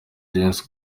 dance